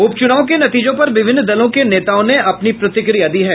उपचुनाव के नतीजों पर विभिन्न दलों के नेताओं ने अपनी प्रतिक्रिया दी है